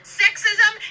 sexism